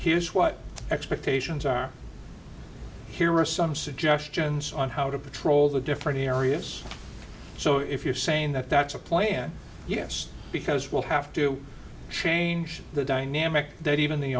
here's what expectations are here are some suggestions on how to patrol the different areas so if you're saying that that's a plan yes because we'll have to change the dynamic that even the